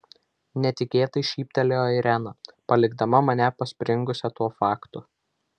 netikėtai šyptelėjo irena palikdama mane paspringusią tuo faktu